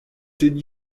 did